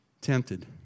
tempted